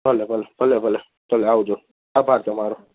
ભલે ભલે ભલે ભલે ભલે આવજો આભાર તમારો